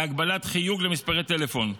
להגבלת חיוג למספרי טלפון,